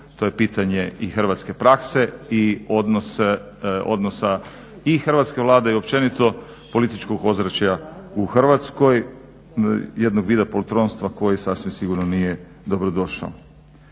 To je pitanje i hrvatske prakse i odnosa i hrvatske Vlade i općenito političkog ozračja u Hrvatskoj, jednog vida poltronstva koji sasvim sigurno nije dobrodošao.